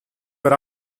were